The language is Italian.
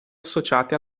associati